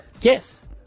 Yes